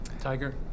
Tiger